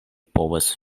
povos